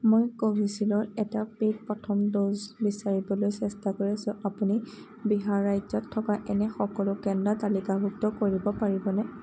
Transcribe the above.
মই কোভিচিল্ডৰ এটা পে'ইড প্ৰথম ড'জ বিচাৰিবলৈ চেষ্টা কৰি আছোঁ আপুনি বিহাৰ ৰাজ্যত থকা এনে সকলো কেন্দ্ৰ তালিকাভুক্ত কৰিব পাৰিবনে